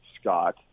scott